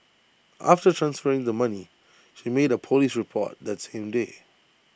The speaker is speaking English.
after transferring the money she made A Police report that same day